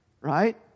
Right